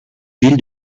ville